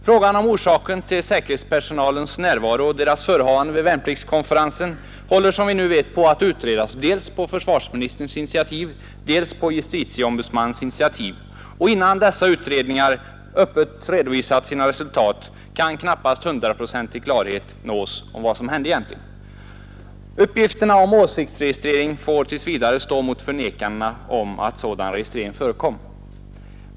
Frågan om orsaken till säkerhetspersonalens närvaro och dess förehavanden vid värnpliktskonferensen håller, som vi nu vet, på att utredas dels på försvarsministerns, dels på justitieombudsmannens initiativ. Innan dessa utredningar öppet redovisat sina resultat kan knappast hundraprocentig klarhet nås om vad som egentligen hände. Uppgifterna om åsiktsregistrering får tills vidare stå mot förnekandena av att sådan registrering förekommit.